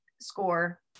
score